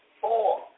Four